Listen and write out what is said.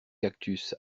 cactus